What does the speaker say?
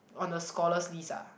on the scholar's list ah